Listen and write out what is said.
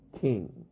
king